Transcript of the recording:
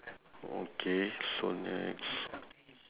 okay so next